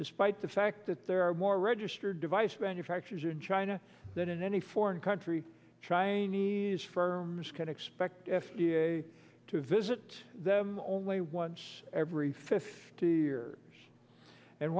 despite the fact that there are more registered device manufacturers in china than in any foreign country chinese firms can expect f d a to visit them only once every fifty years and